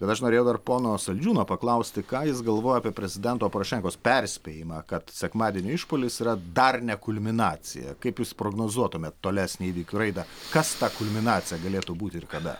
bet aš norėjau dar pono saldžiūno paklausti ką jis galvoja apie prezidento porošenkos perspėjimą kad sekmadienio išpuolis yra dar ne kulminacija kaip jūs prognozuotumėt tolesnę įvykių raidą kas ta kulminacija galėtų būti ir kada